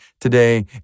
today